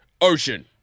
ocean